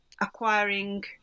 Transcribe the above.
acquiring